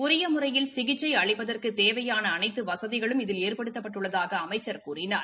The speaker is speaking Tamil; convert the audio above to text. ஊரிய முறையில் சிகிச்கை அளிப்பதற்குத் தேவையான அனைத்து வசதிகளும் இதில் ஏற்படுத்தப்பட்டுள்ளதாக அமைச்சர் கூறினார்